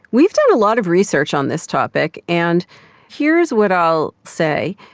we've done a lot of research on this topic, and here's what i'll say.